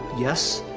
yes.